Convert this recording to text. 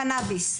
על הקנאביס.